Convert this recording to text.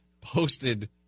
posted